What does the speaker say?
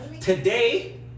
Today